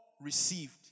received